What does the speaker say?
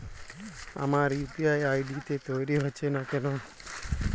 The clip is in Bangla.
আমার ইউ.পি.আই আই.ডি তৈরি হচ্ছে না কেনো?